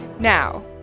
Now